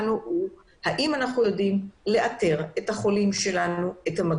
האם אנחנו יכולים לאתר את המגעים שלנו,